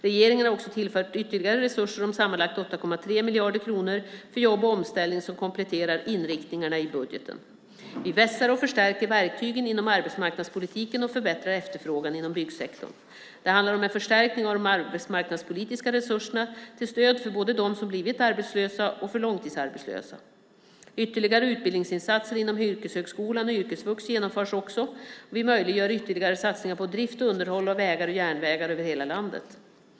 Regeringen har också tillfört ytterligare resurser om sammanlagt 8,3 miljarder kronor för jobb och omställning som kompletterar inriktningen i budgeten. Vi vässar och förstärker verktygen inom arbetsmarknadspolitiken och förbättrar efterfrågan inom byggsektorn. Det handlar om en förstärkning av de arbetsmarknadspolitiska resurserna till stöd för både dem som blivit arbetslösa och för de långtidsarbetslösa. Ytterligare utbildningsinsatser inom yrkeshögskolan och yrkesvux genomförs också. Vi möjliggör ytterligare satsningar på drift och underhåll av vägar och järnvägar över hela landet.